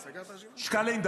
שקלים,